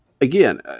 again